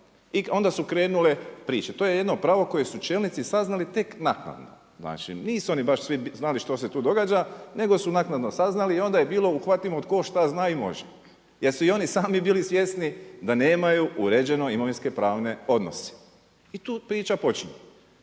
I onda su krenule priče, to je jedno pravo koje su čelnici saznali tek naknadno. Znači nisu oni baš svi znali što se tu događa nego su naknadno saznali i onda je bilo uhvatimo tko šta zna i može jer su i oni sami bili svjesni da nemaju uređeno imovinsko-pravne odnose. I tu priča počinje,